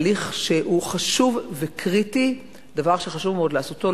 הליך שהוא חשוב וקריטי, דבר שחשוב מאוד לעשותו.